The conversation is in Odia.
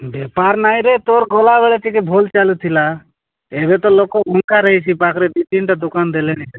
ବେପାର ନାହିଁରେ ତୋର ଗଲାବେଳେ ଟିକେ ଭଲ ଚାଲୁଥିଲା ଏବେ ତ ଲୋକ ହଙ୍କା ପାଖରେ ଦୁଇ ତିନିଟା ଦୋକାନ ଦେଲେନି ସେ